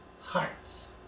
hearts